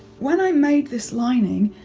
when i made this lining,